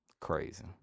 crazy